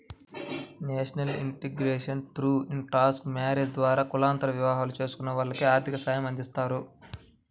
national integration through intercaste marriages ద్వారా కులాంతర వివాహం చేసుకున్న వాళ్లకి ఆర్థిక సాయమందిస్తారు